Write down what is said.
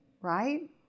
right